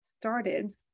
started